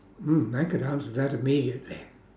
mm I could answer that immediately